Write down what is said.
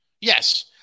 Yes